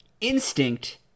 Instinct